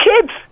kids